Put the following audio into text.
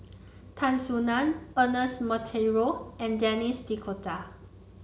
Tan Soo Nan Ernest Monteiro and Denis D'Cotta